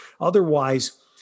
Otherwise